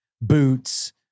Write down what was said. boots